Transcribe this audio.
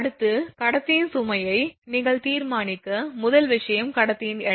அடுத்து கடத்தியின் சுமையை நீங்கள் தீர்மானிக்க முதல் விஷயம் கடத்தியின் எடை